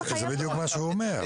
זה בדיוק מה שהוא אומר.